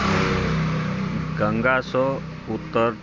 गंगा सॅं उत्तर